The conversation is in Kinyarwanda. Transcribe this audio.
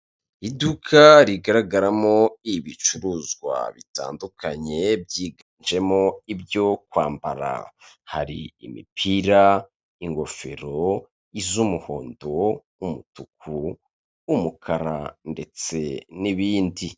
Iduka rigaragaramo ibicuruzwa bitandukanye byiganjemo ibyo kwambara hari imipira, ingofero z'umuhondo umutuku ,umukara ndetse n'ibindi .